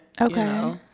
Okay